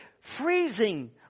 freezing